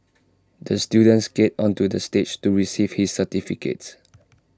the student skated onto the stage to receive his certificate